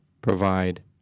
provide